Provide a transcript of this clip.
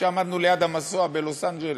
כשעמדנו ליד המסוע בלוס-אנג'לס.